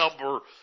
number